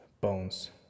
bones